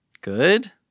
Good